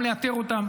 גם לאתר אותם,